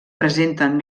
presenten